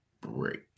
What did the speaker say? break